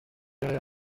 verrez